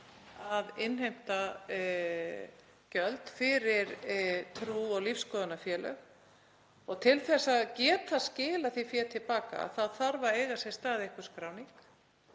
að innheimta gjöld fyrir trú- og lífsskoðunarfélög. Til að geta skilað því fé til baka þarf að eiga sér stað einhver skráning.